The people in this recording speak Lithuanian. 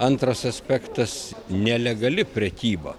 antras aspektas nelegali prekyba